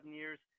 years